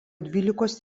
dvylikos